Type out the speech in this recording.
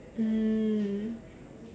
mm